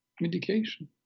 medication